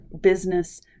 business